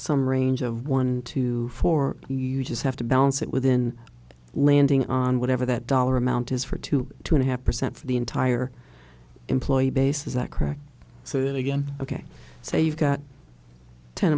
some range of one to four you just have to balance it within landing on whatever that dollar amount is for two two and a half percent for the entire employee base is that correct so that again ok so you've got ten